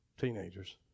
teenagers